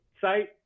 site